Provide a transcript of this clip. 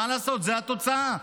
מה לעשות, זו התוצאה.